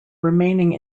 remaining